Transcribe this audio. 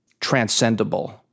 transcendable